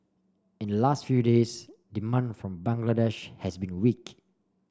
in the last few days demand from Bangladesh has been weak